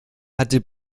hatte